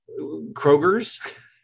Kroger's